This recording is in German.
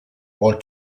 walt